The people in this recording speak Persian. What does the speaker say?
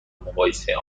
مقایسه